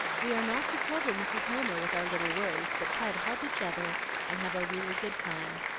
we are not to trouble mrs. homer with our little worries, but try to help each other and have a really good time.